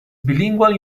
bilingual